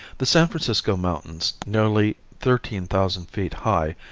the san francisco mountains, nearly thirteen thousand feet high,